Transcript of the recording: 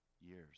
years